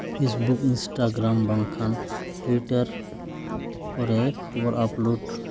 Facebook Instagram ᱵᱟᱝᱠᱷᱟᱱ Twitter ᱠᱚᱨᱮ ᱠᱷᱚᱵᱚᱨ ᱟᱯᱞᱳᱰ